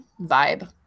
vibe